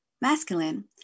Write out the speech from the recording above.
masculine